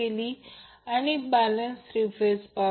आणि त्या बाबतीत जर ते अनबॅलन्सड असेल